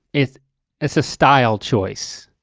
it's it's a style choice.